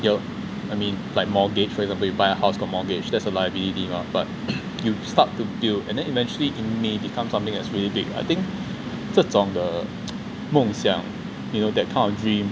your I mean like mortgage for example you buy a house got mortgage that's a liability mah but you start to build and then eventually it may become something that's really big I think 这种的梦想 you know that kind of dream